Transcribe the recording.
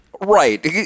Right